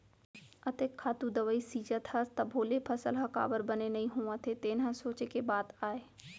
अतेक खातू दवई छींचत हस तभो ले फसल ह काबर बने नइ होवत हे तेन ह सोंचे के बात आय